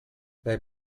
they